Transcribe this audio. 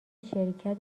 شرکت